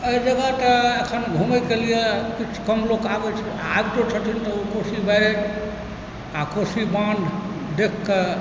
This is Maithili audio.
एहि जगह तऽ एखन घुमै कऽ लिए किछु कम लोक आबै छै आ आबितो छथिन तऽ ओ कोशी बराज आ कोशी बान्ह देखि कऽ